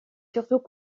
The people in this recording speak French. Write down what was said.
surtout